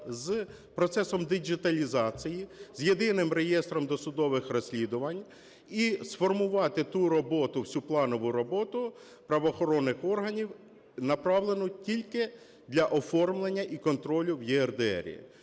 з процесом діджиталізації, з Єдиним реєстром досудових розслідувань, і сформувати ту роботу, всю планову роботу правоохоронних органів, направлену тільки для оформлення і контролю в ЄРДР.